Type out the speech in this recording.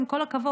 עם כל הכבוד,